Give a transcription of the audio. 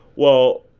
well,